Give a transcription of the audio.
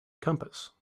compass